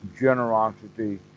generosity